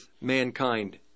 mankind